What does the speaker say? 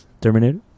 Terminator